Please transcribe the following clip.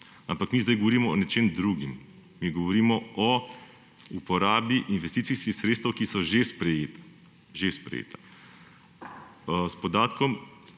Ampak mi zdaj govorimo o nečem drugem. Mi govorimo o uporabi investicijskih sredstev, ki so že sprejeta. S podatkom,